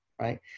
right